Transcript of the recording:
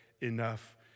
enough